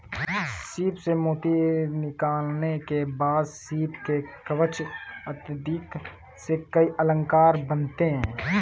सीप से मोती निकालने के बाद सीप के कवच इत्यादि से कई अलंकार बनते हैं